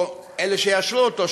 או אלה שיאשרו אותו,